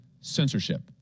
censorship